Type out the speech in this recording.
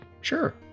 Sure